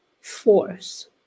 force